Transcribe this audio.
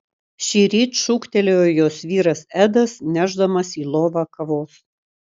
šįryt šūktelėjo jos vyras edas nešdamas į lovą kavos